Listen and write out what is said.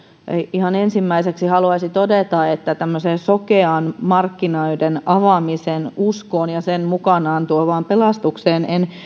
ihan ensimmäiseksi haluaisin todeta että tämmöiseen sokeaan markkinoiden avaamisen ja sen mukanaan tuoman pelastuksen